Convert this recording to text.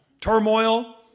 turmoil